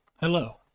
Hello